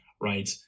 right